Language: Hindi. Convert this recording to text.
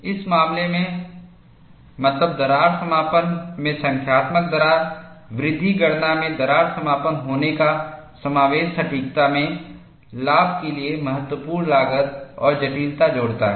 इस मामले में मतलब दरार समापन में संख्यात्मक दरार वृद्धि गणना में दरार समापन होने का समावेश सटीकता में लाभ के लिए महत्वपूर्ण लागत और जटिलता जोड़ता है